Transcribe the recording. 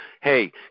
hey